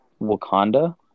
Wakanda